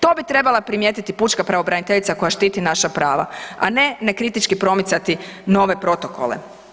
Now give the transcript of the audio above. To bi trebala primjetiti pučka pravobraniteljica koja štiti naša prava, a ne nekritički promicati nove protokole.